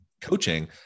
coaching